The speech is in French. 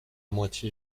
moitié